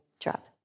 drop